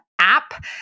app